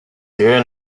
学院